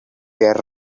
were